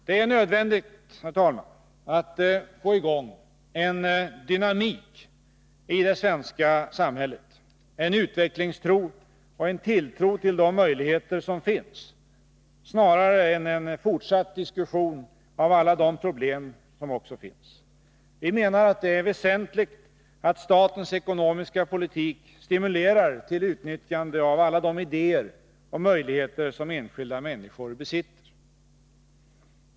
Det är nödvändigt, herr talman, att få i gång en dynamik i det svenska samhället, en utvecklingstro och en tilltro till de möjligheter som finns, snarare än en fortsatt diskussion av alla de problem som också finns. Vi menar att det är väsentligt att statens ekonomiska politik stimulerar till utnyttjande av alla de idéer och möjligheter som enskilda människor besitter.